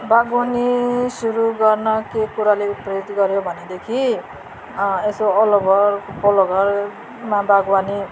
बागवानी सुरु गर्न के कुराले उत्प्रेरित गऱ्यो भनेदेखि यसो ओल्लो घर पल्लो घरमा बागवानी